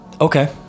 Okay